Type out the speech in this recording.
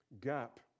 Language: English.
gap